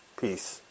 Peace